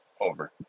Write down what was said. over